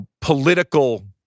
political